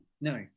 No